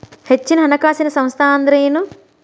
ಹೆಚ್ಚಿನ ಹಣಕಾಸಿನ ಸಂಸ್ಥಾ ಅಂದ್ರೇನು?